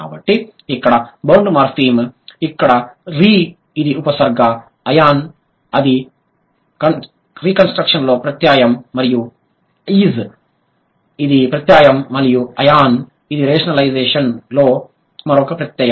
కాబట్టి ఇక్కడ bound morpheme ఇక్కడ రీ ఇది ఉపసర్గ అయాన్ ఇది రికన్స్ట్రక్షన్ లో ప్రత్యయం మరియు ఐజ్ ఇది ప్రత్యయం మరియు అయాన్ ఇది రేషనలైజషన్ లో మరొక ప్రత్యయం